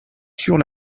sur